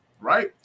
right